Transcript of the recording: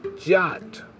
jot